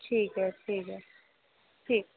ठीक ऐ ठीक ऐ ठीक